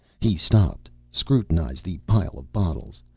he stopped, scrutinized the pile of bottles,